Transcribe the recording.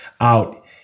out